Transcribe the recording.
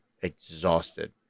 exhausted